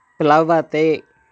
प्लवते